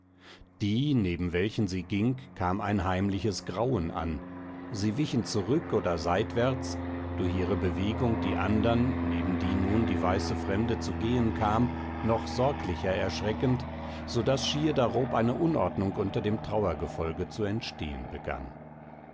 die neben welchen sie ging kam ein heimliches grauen an sie wichen zurück oder seitwärts durch ihre bewegung die andern neben die nun die weiße fremde zu gehen kam noch sorglicher erschreckend so daß schier darob eine unordnung unter dem trauergefolge zu entstehen begann